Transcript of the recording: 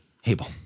hable